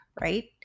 right